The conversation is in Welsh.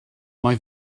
mae